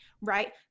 right